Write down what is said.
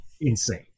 insane